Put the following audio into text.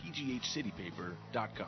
pghcitypaper.com